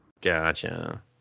Gotcha